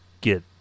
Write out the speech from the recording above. get